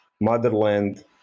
motherland